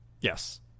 yes